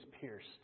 pierced